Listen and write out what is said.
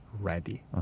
ready